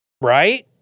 right